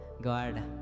God